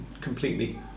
completely